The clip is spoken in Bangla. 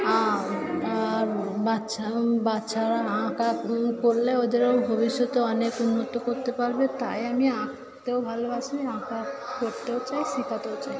আর বাচ্চা বাচ্চারা আঁকা করলে ওদেরও ভবিষ্যতে অনেক উন্নত করতে পারবে তাই আমি আঁকতেও ভালোবাসি আঁকা করতেও চাই শেখাতেও চাই